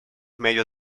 medios